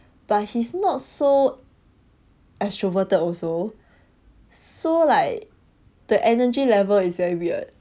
but he's not so extroverted also so like the energy level is very weird